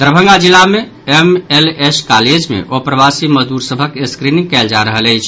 दरभंगा जिला मे MLS college मे अप्रवासी मजदूर सभक स्क्रीनिंग कयल जा रहल अछि